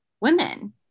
women